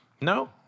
No